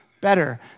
better